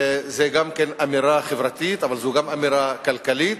זו גם אמירה חברתית אבל זו גם אמירה כלכלית,